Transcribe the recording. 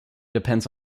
depends